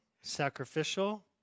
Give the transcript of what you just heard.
sacrificial